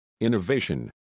innovation